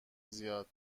زیاد